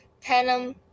Panem